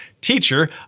teacher